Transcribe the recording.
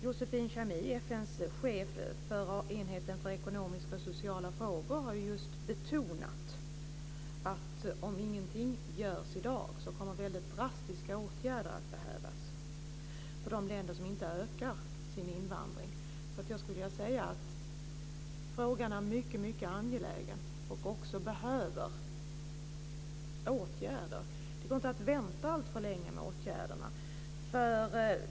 Joseph Chamie, FN:s chef för enheten för ekonomiska och sociala frågor, har betonat att om ingenting görs i dag kommer drastiska åtgärder att behövas för de länder som inte ökar sin invandring. Jag skulle vilja säga att frågan är mycket angelägen, och det behövs åtgärder. Det går inte att vänta alltför länge med åtgärderna.